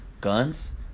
Guns